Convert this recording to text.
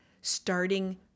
starting